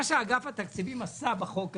מה שאגף התקציבים עשה בחוק הזה,